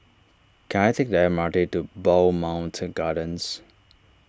can I take the M R T to Bowmont Gardens